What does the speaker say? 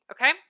Okay